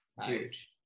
Huge